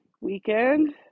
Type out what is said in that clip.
weekend